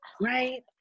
right